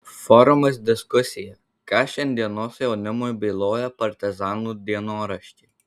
forumas diskusija ką šiandienos jaunimui byloja partizanų dienoraščiai